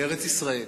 לארץ-ישראל.